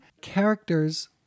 characters